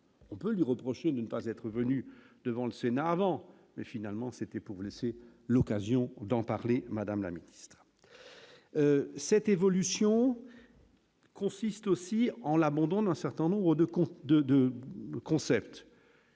on peut lui reprocher de ne pas être venu devant le Sénat avant mais finalement c'était pour laisser l'occasion d'en parler, madame la Ministre, cette évolution consiste aussi en l'abandon d'un certain nombres de de 2 concepts.